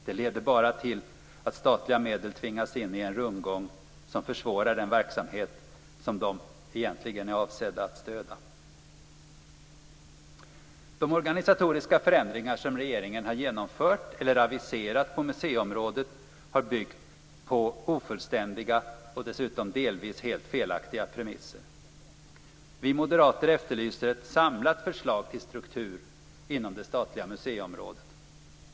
Det leder bara till att statliga medel tvingas in i en rundgång som försvårar den verksamhet som de egentligen är avsedda att stödja. De organisatoriska förändringar som regeringen har genomfört eller aviserat på museiområdet har byggt på ofullständiga och dessutom delvis helt felaktiga premisser. Vi moderater efterlyser ett samlat förslag till struktur inom det statliga musieområdet.